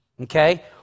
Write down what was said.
okay